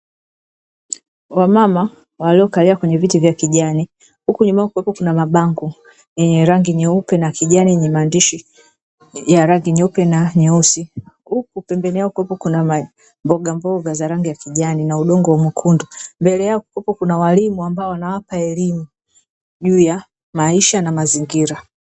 Wamama waliokalia kwenye viti vya kijani, huku nyuma kukiwepo kuna mabango yenye rangi nyeupe na kijani, yenye maandishi ya rangi nyeupe na nyeus. Huku pembeni yao kukiwepo na mbogamboga za rangi ya kijani na udongo mwekundu. Mbele yao kukiwepo kuna walimu ambao wanawapa elimu, juu ya maisha na mazingira.